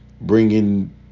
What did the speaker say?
bringing